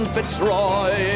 Fitzroy